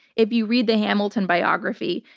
if you read the hamilton biography,